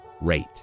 rate